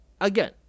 again